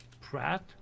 Pratt